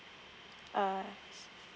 ah